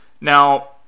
Now